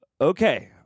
okay